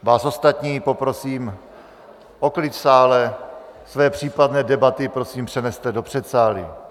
Vás ostatní poprosím o klid v sále, své případné debaty prosím přeneste do předsálí.